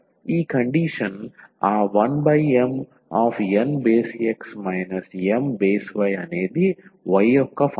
ఈ కండిషన్ ఆ 1MNx My అనేది y యొక్క ఫంక్షన్